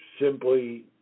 simply